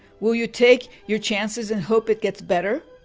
will you take your chances and hope it gets better?